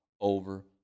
over